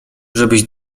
żebyś